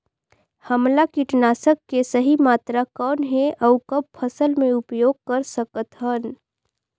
हमला कीटनाशक के सही मात्रा कौन हे अउ कब फसल मे उपयोग कर सकत हन?